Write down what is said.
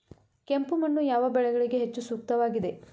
ಕೆಂಪು ಮಣ್ಣು ಯಾವ ಬೆಳೆಗಳಿಗೆ ಹೆಚ್ಚು ಸೂಕ್ತವಾಗಿದೆ?